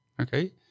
Okay